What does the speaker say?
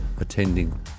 attending